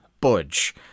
budge